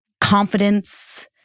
confidence